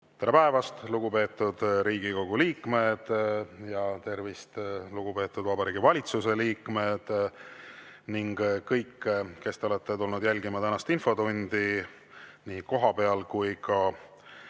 Tere päevast, lugupeetud Riigikogu liikmed! Ja tervist, lugupeetud Vabariigi Valitsuse liikmed, ning kõik, kes te jälgite tänast infotundi nii kohapeal kui ka